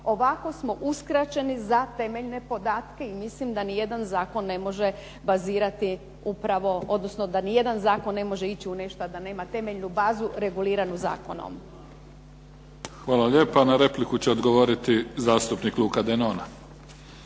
Ovako smo uskraćeni za temeljne podatke i mislim da nijedan zakon ne može ići u ne što a da nema temeljnu bazu reguliranu zakonom. **Mimica, Neven (SDP)** Hvala lijepa. Na repliku će odgovoriti zastupnik Luka Denona.